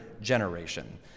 generation